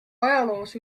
ajaloos